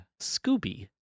Scooby